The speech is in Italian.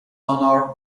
honor